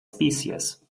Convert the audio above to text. species